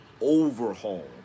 overhaul